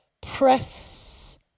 Press